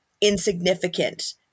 insignificant